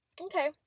Okay